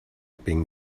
being